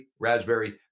raspberry